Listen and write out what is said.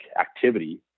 activity